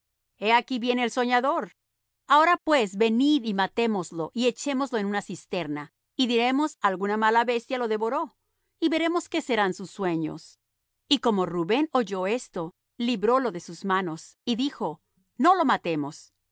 he aquí viene el soñador ahora pues venid y matémoslo y echémosle en una cisterna y diremos alguna mala bestia le devoró y veremos qué serán sus sueños y como rubén oyó esto librólo de sus manos y dijo no lo matemos